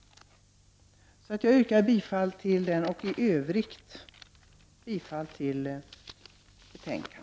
Jag yrkar som sagt bifall till reservation 4 och i övrigt bifall till utskottets hemställan.